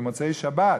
במוצאי-שבת,